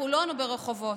בחולון וברחובות.